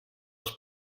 els